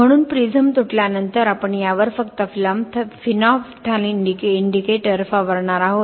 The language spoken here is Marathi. म्हणून प्रिझम तुटल्यानंतर आपण यावर फक्त फिनोल्फथालीन इंडिकेटर फवारणार आहोत